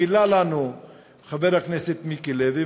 גילה לנו חבר הכנסת מיקי לוי,